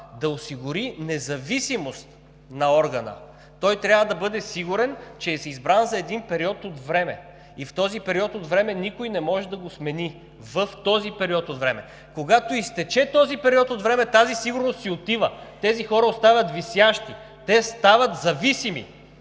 да осигури независимост на органа. Той трябва да бъде сигурен, че е избран за един период от време и в този период от време никой не може да го смени. Когато изтече този период от време, тази сигурност си отива, тези хора остават висящи, те стават зависими